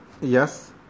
Yes